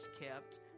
kept